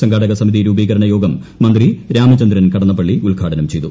സംഘാടക സമിതി രൂപീകരണ യോഗം മന്ത്രി രാമചന്ദ്രൻ കടന്നപ്പള്ളി ഉദ്ഘാടനം ചെയ്തു